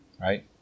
right